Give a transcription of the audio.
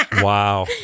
Wow